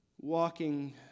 Walking